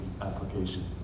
application